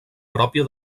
pròpia